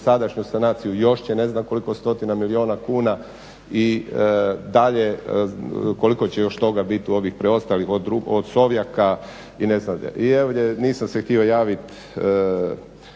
dosadašnju sanaciju još će ne znam koliko stotina milijuna kuna i dalje koliko će još toga bit u ovih preostalih, od … i ne znam. I ovdje nisam se htio javit